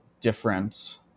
different